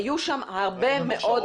היו שם הרבה מאוד נשים.